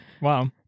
wow